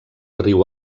riu